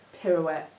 pirouette